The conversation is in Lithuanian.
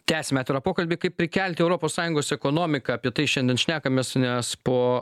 tęsiame atvirą pokalbį kaip prikelti europos sąjungos ekonomiką apie tai šiandien šnekamės nes po